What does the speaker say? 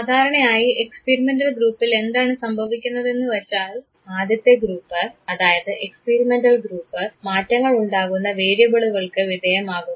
സാധാരണയായി എക്സ്പിരിമെൻറൽ ഗ്രൂപ്പിൽ എന്താണ് സംഭവിക്കുന്നത് എന്നുവച്ചാൽ ആദ്യത്തെ ഗ്രൂപ്പ് അതായത് എക്സ്പിരിമെൻറൽ ഗ്രൂപ്പ് മാറ്റങ്ങൾ ഉണ്ടാകുന്ന വേരിയബിളുകൾക്ക് വിധേയമാകുന്നു